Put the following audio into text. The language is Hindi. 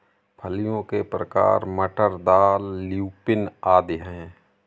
फलियों के प्रकार मटर, दाल, ल्यूपिन आदि हैं